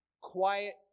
quiet